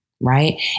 Right